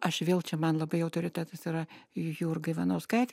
aš vėl čia man labai autoritetas yra jurga ivanauskaitė